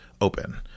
open